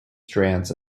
strands